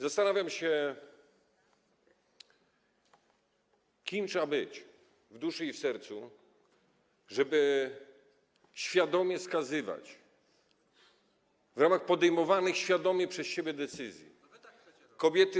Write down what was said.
Zastanawiam się, kim trzeba być, w duszy i w sercu, żeby świadomie skazywać, w ramach podejmowanych świadomie przez siebie decyzji, kobiety.